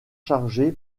chargé